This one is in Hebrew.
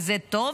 וזה טוב.